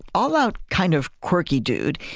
all out kind of quirky dude.